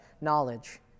knowledge